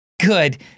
Good